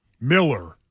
Miller